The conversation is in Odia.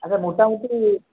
ଆଚ୍ଛା ମୋଟାମୋଟି